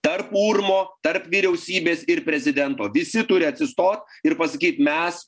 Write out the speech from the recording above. tarp urmo tarp vyriausybės ir prezidento visi turi atsistot ir pasakyt mes